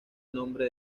nombre